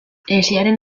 hesiaren